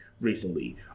recently